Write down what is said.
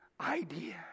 idea